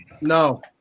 no